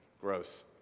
gross